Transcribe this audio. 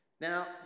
Now